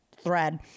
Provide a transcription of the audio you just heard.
thread